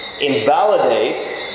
invalidate